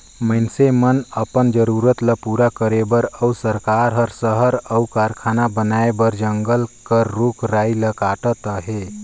मइनसे मन अपन जरूरत ल पूरा करे बर अउ सरकार हर सहर अउ कारखाना बनाए बर जंगल कर रूख राई ल काटत अहे